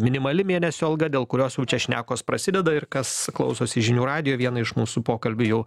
minimali mėnesio alga dėl kurios jau čia šnekos prasideda ir kas klausosi žinių radijo vieną iš mūsų pokalbį jau